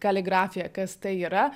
kaligrafija kas tai yra